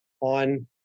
on